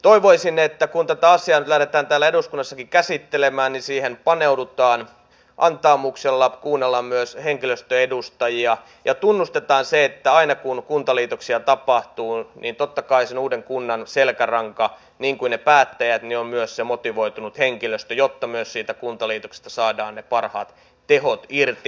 toivoisin että kun asiaa lähdetään täällä eduskunnassakin käsittelemään niin siihen paneudutaan antaumuksella kuunnellaan myös henkilöstön edustajia ja tunnustetaan se että aina kun kuntaliitoksia tapahtuu niin totta kai sen uuden kunnan selkäranka niin kuin ne päättäjät on myös se motivoitunut henkilöstö jotta myös siitä kuntaliitoksesta saadaan parhaat tehot irti